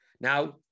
Now